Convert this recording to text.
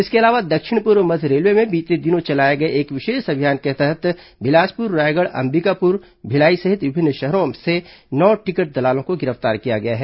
इसके अलावा दक्षिण पूर्व मध्य रेलवे में बीते दिनों चलाए गए एक विशेष अभियान के तहत बिलासपुर रायगढ़ अंबिकापुर भिलाई सहित विभिन्न शहरों से नौ टिकट दलालों को गिरफ्तार किया गया है